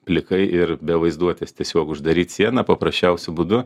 plikai ir be vaizduotės tiesiog uždaryt sieną paprasčiausiu būdu